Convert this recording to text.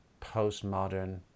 postmodern